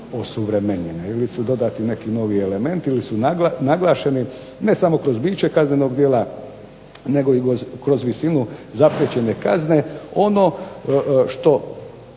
osuvremenjene, ili su dodati neki novi elementi ili su naglašeni ne samo kroz biće kaznenog djela, nego i kroz visinu zapriječene kazne ono što